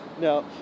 No